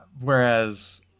Whereas